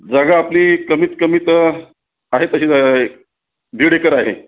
जागा आपली कमीत कमी तर आहेत तशी दीड एकर आहे